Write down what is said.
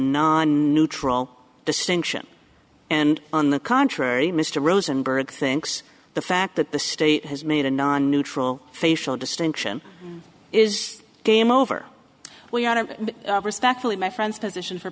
non neutral distinction and on the contrary mr rosenberg thinks the fact that the state has made a non neutral facial distinction is game over respectfully my friends position for